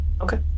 Okay